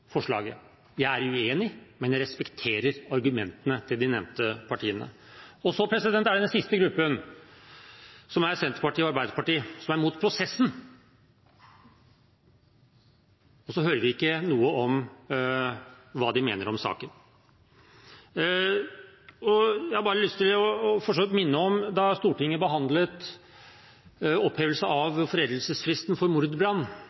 De er uenig, men respekterer argumentene til de nevnte partiene. Så er det den siste gruppen, som er Senterpartiet og Arbeiderpartiet, som er mot prosessen – og så hører vi ikke noe om hva de mener om saken. Jeg har lyst til fortsatt bare å minne om at da Stortinget behandlet opphevelse av foreldelsesfristen for mordbrann,